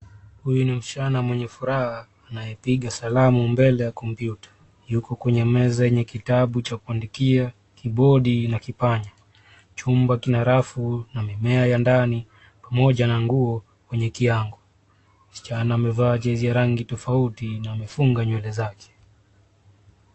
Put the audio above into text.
Huyu ni msichana mwenye furaha anayepiga Salamu mbele ya kompyuta. Yuko kwenye meza yenye kitabu cha kuandika, kibodi na kipaji. Chumba kina rafu na mimea ya ndani pamoja na nguo kwenye kiango. Msichana amevaa jezi ya rangi tofauti na amefunga nywele zake.